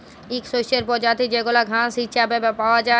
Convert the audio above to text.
ইক শস্যের পরজাতি যেগলা ঘাঁস হিছাবে পাউয়া যায়